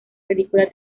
película